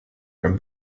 from